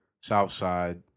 Southside